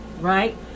right